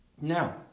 Now